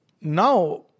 now